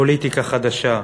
פוליטיקה חדשה.